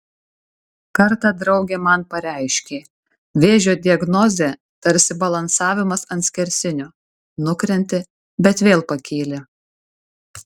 kartą draugė man pareiškė vėžio diagnozė tarsi balansavimas ant skersinio nukrenti bet vėl pakyli